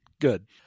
good